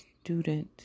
student